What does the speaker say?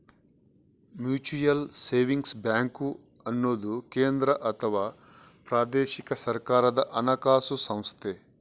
mutual savings bank ಅನ್ನುದು ಕೇಂದ್ರ ಅಥವಾ ಪ್ರಾದೇಶಿಕ ಸರ್ಕಾರದ ಹಣಕಾಸು ಸಂಸ್ಥೆ